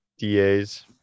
DAs